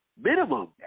minimum